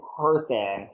person